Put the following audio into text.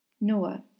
Noah